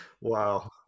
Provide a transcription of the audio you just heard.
Wow